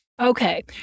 Okay